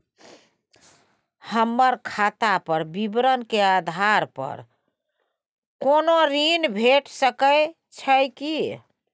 हमर खाता के विवरण के आधार प कोनो ऋण भेट सकै छै की?